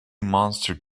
monster